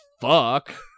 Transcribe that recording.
fuck